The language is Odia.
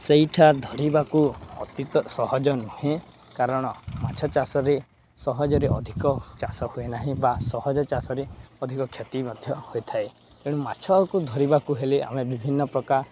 ସେଇଠା ଧରିବାକୁ ଅତୀତ ସହଜ ନୁହେଁ କାରଣ ମାଛ ଚାଷରେ ସହଜରେ ଅଧିକ ଚାଷ ହୁଏ ନାହିଁ ବା ସହଜ ଚାଷରେ ଅଧିକ କ୍ଷତି ମଧ୍ୟ ହୋଇଥାଏ ତେଣୁ ମାଛକୁ ଧରିବାକୁ ହେଲେ ଆମେ ବିଭିନ୍ନ ପ୍ରକାର